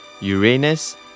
Uranus